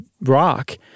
rock